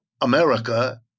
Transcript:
America